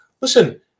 Listen